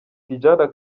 tidjala